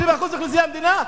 20% מאוכלוסיית המדינה,